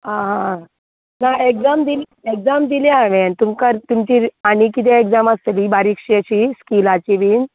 आं आं आं ना एक्जाम दिली एक्जाम दिली हांवेन तुमका तुमची आनी कितें एक्जाम आसतली बारीक शे स्किल स्किलाची बीन